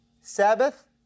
Sabbath